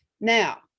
Now